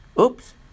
Oops